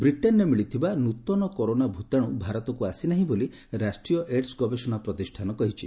ବ୍ରିଟେନ୍ରେ ମିଳିଥିବା ନୃତନ କରୋନା ଭୂତାଣୁ ଭାରତକୁ ଆସିନାହିଁ ବୋଲି ରାଷ୍ଟ୍ରୀୟ ଏଡସ୍ ଗବେଷଣା ପ୍ରତିଷ୍ଠାନ କହିଛି